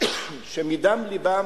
שמדם לבם